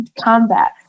combat